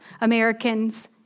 Americans